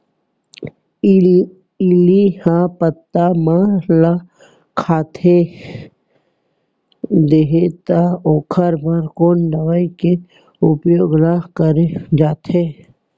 इल्ली ह पत्ता मन ला खाता देथे त ओखर बर कोन दवई के उपयोग ल करे जाथे?